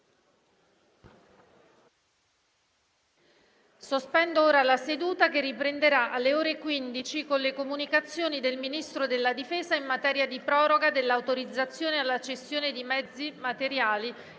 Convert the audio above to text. Sospendo ora la seduta, che riprenderà alle ore 15 con le comunicazioni del Ministro della difesa in materia di proroga dell'autorizzazione alla cessione di mezzi, materiali